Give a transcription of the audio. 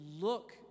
look